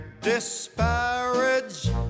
disparage